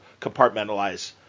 compartmentalize